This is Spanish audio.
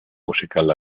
musical